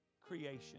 creation